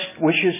wishes